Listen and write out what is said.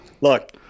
look